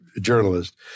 journalist